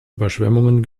überschwemmungen